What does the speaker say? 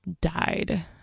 died